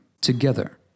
together